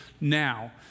now